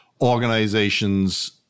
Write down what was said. organizations